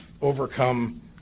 overcome